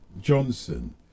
Johnson